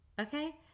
okay